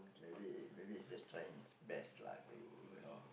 maybe maybe he's just trying his best lah to you know